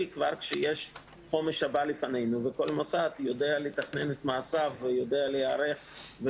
כבר שיש חומש לפנינו וכל מוסד ידע לתכנן את מעשיו ולהיערך נכון